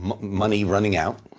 money running out.